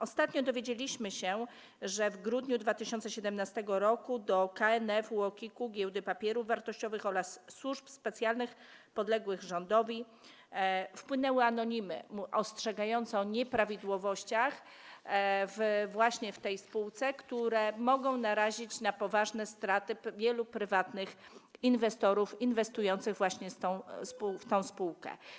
Ostatnio dowiedzieliśmy się, że w grudniu 2017 r. do KNF, UOKiK, Giełdy Papierów Wartościowych oraz służb specjalnych podległych rządowi wpłynęły anonimy ostrzegające o nieprawidłowościach w tej spółce, które mogą narazić na poważne straty wielu prywatnych inwestorów inwestujących w tę spółkę.